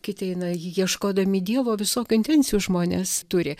kiti ateina ieškodami dievo visokių intencijų žmonės turi